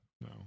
no